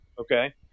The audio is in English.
okay